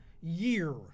year